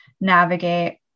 navigate